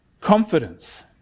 confidence